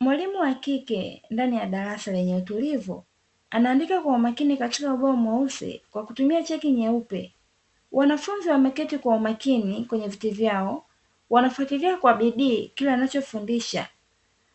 Mwalimu wa kike ndani ya darasa lenye utulivu, anandika kwa umakini katika ubao mweusi kwa kutumia chaki nyeupe. Wanafunzi wameketi kwa umakini kwenye viti vyao wanafatilia kwa bidii kileanachofundisha